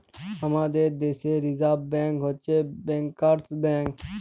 আমাদের দ্যাশে reserve bank হছে ব্যাংকার্স ব্যাংক